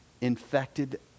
infected